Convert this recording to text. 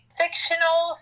fictional